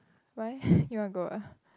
why you want to go ah